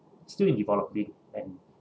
still in developing and